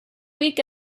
week